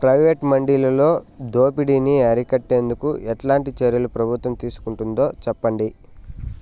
Private మండీలలో దోపిడీ ని అరికట్టేందుకు ఎట్లాంటి చర్యలు ప్రభుత్వం తీసుకుంటుందో చెప్పండి?